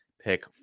pick